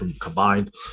combined